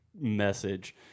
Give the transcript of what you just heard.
message